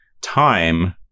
time